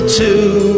two